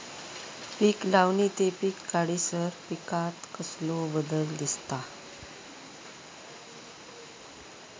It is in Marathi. पीक लावणी ते पीक काढीसर पिकांत कसलो बदल दिसता?